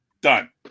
Done